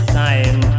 time